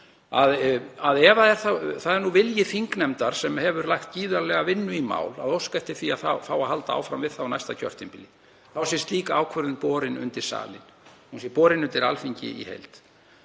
að ef það er vilji þingnefndar, sem hefur lagt gríðarlega vinnu í mál, að óska eftir því að fá að halda áfram við það á næsta kjörtímabili þá sé slík ákvörðun borin undir salinn, hún sé borin undir Alþingi í heild.